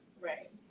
Right